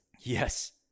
Yes